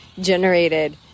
generated